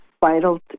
vital